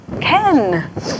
Ken